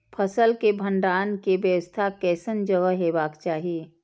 फसल के भंडारण के व्यवस्था केसन जगह हेबाक चाही?